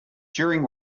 during